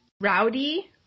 Rowdy